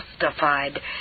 justified